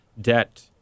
debt